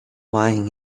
lying